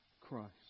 Christ